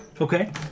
Okay